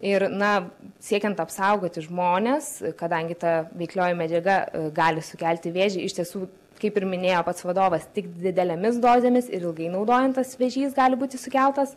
ir na siekiant apsaugoti žmones kadangi ta veiklioji medžiaga gali sukelti vėžį iš tiesų kaip ir minėjo pats vadovas tik didelėmis dozėmis ir ilgai naudojant tas vėžys gali sukeltas